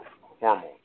hormones